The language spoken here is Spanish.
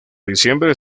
diciembre